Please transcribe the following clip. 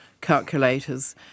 calculators